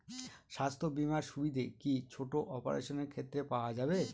স্বাস্থ্য বীমার সুবিধে কি ছোট অপারেশনের ক্ষেত্রে পাওয়া যাবে?